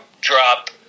drop